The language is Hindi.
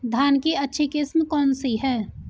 धान की अच्छी किस्म कौन सी है?